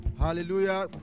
Hallelujah